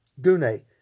gune